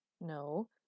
No